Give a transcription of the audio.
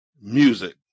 Music